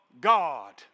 God